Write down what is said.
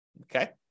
Okay